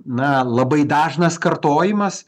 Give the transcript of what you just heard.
na labai dažnas kartojimas